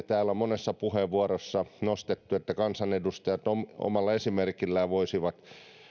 täällä monessa puheenvuorossa nostettu ja se että kansanedustajat omalla esimerkillään voisivat